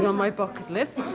my bucket list.